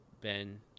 Ben